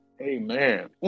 Amen